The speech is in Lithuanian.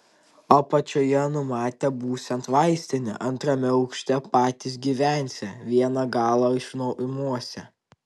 apačioje numatė būsiant vaistinę antrame aukšte patys gyvensią vieną galą išnuomosią